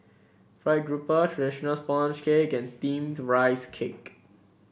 fried grouper traditional sponge cake and steamed Rice Cake